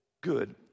good